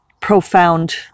profound